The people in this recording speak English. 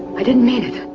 i didn't mean it,